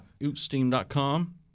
Oopsteam.com